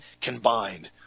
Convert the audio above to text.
combined